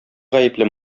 гаепле